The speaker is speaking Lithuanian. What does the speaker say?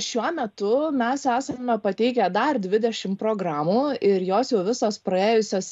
šiuo metu mes esame pateikę dar dvidešim programų ir jos jau visos praėjusios